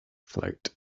float